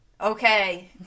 Okay